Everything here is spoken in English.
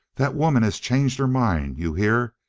that woman has changed her mind. you hear?